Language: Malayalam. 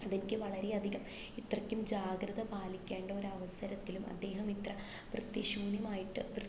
അത് എനിക്ക് വളരെ അധികം ഇത്രയ്ക്കും ജാഗ്രത പാലിക്കേണ്ട ഒരു അവസരത്തിലും അദ്ദേഹം ഇത്ര വൃത്തിശൂന്യമായിട്ട് വൃത്തി